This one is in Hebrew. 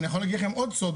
אני יכול להגיד לכם עוד סוד.